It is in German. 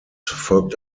folgt